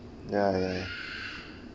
ya ya